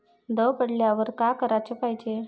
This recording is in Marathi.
दव पडल्यावर का कराच पायजे?